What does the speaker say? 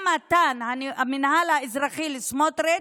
במתן המינהל האזרחי לסמוטריץ',